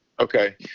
Okay